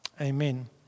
amen